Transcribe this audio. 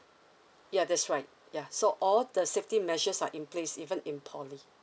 ya that's right ya so all the safety measures are in place even in poly